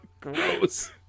Gross